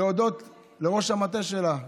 להודות לראש המטה שלה,